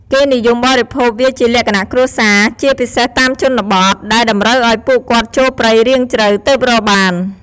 គេនិយមបរិភោគវាជាលក្ខណៈគ្រួសារ ជាពិសេសតាមជនបទ ដែលតម្រូវឱ្យពួកគាត់ចូលព្រៃរាងជ្រៅទើបរកបាន។